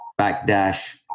backdash